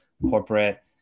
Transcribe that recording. corporate